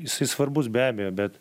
jisai svarbus be abejo bet